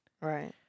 Right